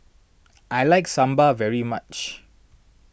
I like Sambar very much